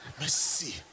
Merci